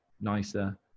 nicer